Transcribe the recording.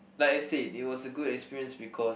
like I said it was a good experience because